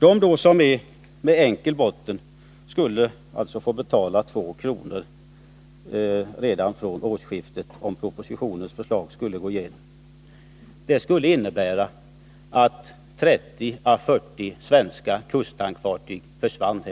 För fartyg med enkel botten skulle man alltså få erlägga en extra avgift med två kronor per fraktton redan från årsskiftet, om propositionens förslag går igenom. Det skulle innebära att 30-40 svenska kusttankfartyg försvann.